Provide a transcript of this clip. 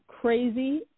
Crazy